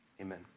Amen